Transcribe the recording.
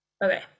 Okay